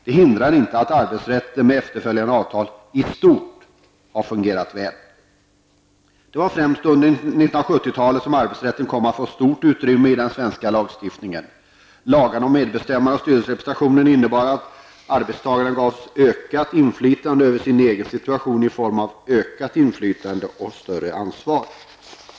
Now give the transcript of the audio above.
Det hindrar inte att arbetsrätten med efterföljande avtal i stort har fungerat väl. Det var främst under 1970-talet som arbetsrätten kom att få stort utrymme i den svenska lagstiftningen. Lagarna om medbestämmande och styrelserepresentation innebar att arbetstagarna gavs ökat inflytande över sin egen situation i form av medbestämmande och större ansvar.